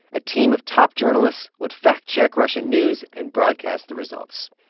a team of top journalists would fact-check russian news and broadcast the results.